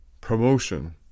promotion